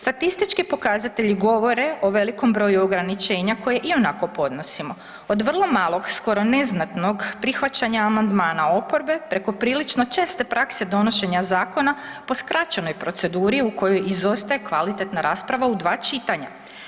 Statistički pokazatelji govore o velikom broju ograničenja koje ionako podnosimo od vrlo malog, skoro neznatnog prihvaćanja amandmana oporbe preko prilično česte prakse donošenja zakona po skraćenoj proceduri u kojoj izostaje kvalitetna rasprava u dva čitanja.